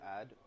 add